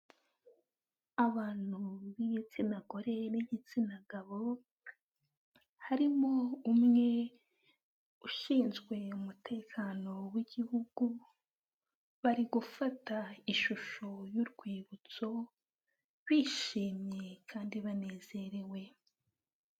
Abantu b'igitsina gore, n'igitsina gabo, harimo umwe ushinzwe umutekano w'igihugu, bari gufata ishusho y'urwibutso, bishimye kandi banezerewe.